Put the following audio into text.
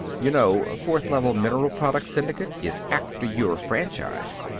you know, fourth level mineral products syndicate is after your franchise.